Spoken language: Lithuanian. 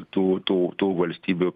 tų tų tų valstybių